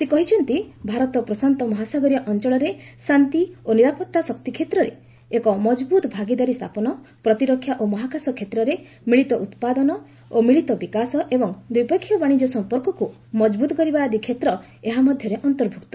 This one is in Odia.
ସେ କହିଛନ୍ତି ଭାରତ ପ୍ରଶାନ୍ତ ମହାସାଗରୀୟ ଅଞ୍ଚଳରେ ଶାନ୍ତି ଓ ନିରାପତ୍ତା ଶକ୍ତି କ୍ଷେତ୍ରରେ ଏକ ମଜଭୁତ ଭାଗିଦାରୀ ସ୍ଥାପନ ପ୍ରତିରକ୍ଷା ଓ ମହାକାଶ କ୍ଷେତ୍ରରେ ମିଳିତ ଉତ୍ପାଦନ ଓ ମିଳିତ ବିକାଶ ଏବଂ ଦ୍ୱିପକ୍ଷୀୟ ବାଣିଜ୍ୟ ସମ୍ପର୍କକୁ ମଜଭୁତ କରିବା ଆଦି କ୍ଷେତ୍ର ଏହା ମଧ୍ୟରେ ଅନ୍ତର୍ଭୁକ୍ତ